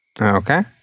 Okay